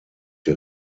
die